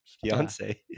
Fiance